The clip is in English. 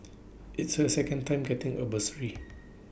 it's her second time getting A bursary